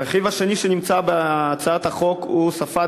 הרכיב השני בהצעת החוק הוא הוספת